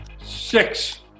Six